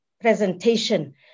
presentation